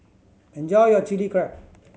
enjoy your Chili Crab